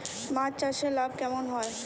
মাছ চাষে লাভ কেমন হয়?